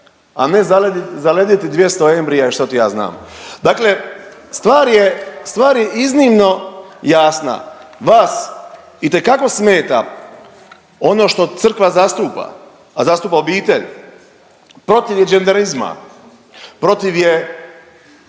a ne zalediti 200 embrija i što ti ja znam. Dakle stvar je, stvar je iznimno jasna, vas itekako smeta ono što crkva zastupa, a zastupa obitelj, protiv je đerdarizma, protiv je,